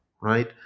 right